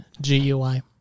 G-U-I